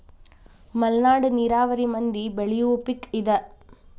ಮಲ್ನಾಡ ನೇರಾವರಿ ಮಂದಿ ಬೆಳಿಯುವ ಪಿಕ್ ಇದ